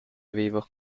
vivo